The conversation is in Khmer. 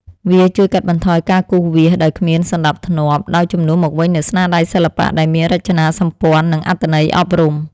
វាជួយកាត់បន្ថយការគូសវាសដែលគ្មានសណ្ដាប់ធ្នាប់ ដោយជំនួសមកវិញនូវស្នាដៃសិល្បៈដែលមានរចនាសម្ព័ន្ធ និងអត្ថន័យអប់រំ។